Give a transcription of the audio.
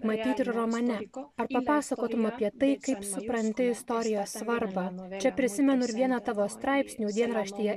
matyt ir romane ko ar papasakotum apie tai kaip supranti istorijos svarbą čia prisimenu vieną tavo straipsnių dienraštyje